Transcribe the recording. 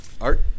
art